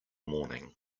morning